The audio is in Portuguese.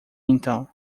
então